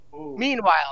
Meanwhile